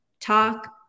talk